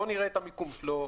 בוא נראה מה המיקום שלו